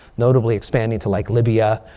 notably expanding to like libya.